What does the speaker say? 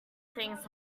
things